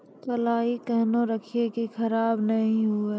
कलाई केहनो रखिए की खराब नहीं हुआ?